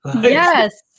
Yes